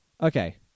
Okay